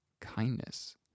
kindness